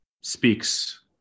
speaks